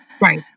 Right